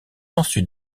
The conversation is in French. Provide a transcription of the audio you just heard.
ensuite